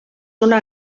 una